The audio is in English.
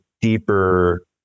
deeper